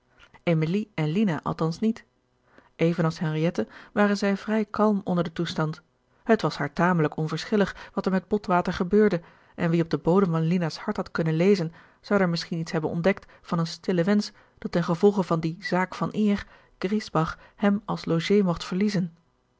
en lina althans niet even als henriette waren zij vrij kalm onder den toestand het was haar tamelijk onverschillig wat er met botwater gebeurde en wie op den bodem van lina's hart had kunnen lezen zou daar misschien iets hebben ontdekt van een stillen wensch dat ten gevolge van die zaak van eer griesbach hem als logé mocht verliezen